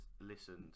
listened